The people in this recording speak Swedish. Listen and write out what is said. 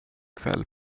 kväll